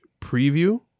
preview